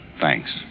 Thanks